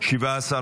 התקבלו.